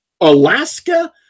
Alaska